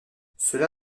cela